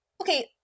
okay